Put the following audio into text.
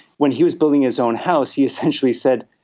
when he was building his own house he essentially said,